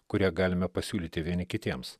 kurią galime pasiūlyti vieni kitiems